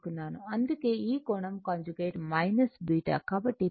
అందుకే ఈ కోణం కాంజుగేట్ β